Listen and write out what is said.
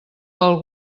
pel